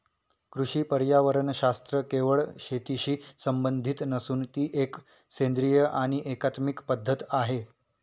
कृषी पर्यावरणशास्त्र केवळ शेतीशी संबंधित नसून ती एक सेंद्रिय आणि एकात्मिक पद्धत आहे